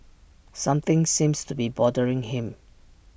something seems to be bothering him